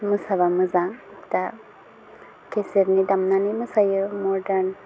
मोसाबा मोजां दा केसेटनि दामनानै मोसायो मदार्न